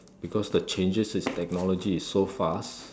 because the changes in technology is so fast